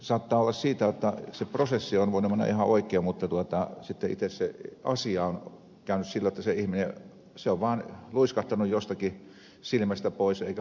saattaa olla jotta se prosessi on voinut mennä ihan oikein mutta sitten itse se asia on käynyt sillain että se ihminen on vaan luiskahtanut jostakin silmästä pois eikä ole oikeutta saanut